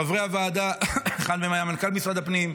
חברי הוועדה: אחד מהם היה מנכ"ל משרד הפנים,